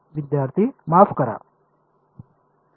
विद्यार्थी माफ करा